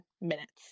minutes